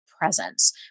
presence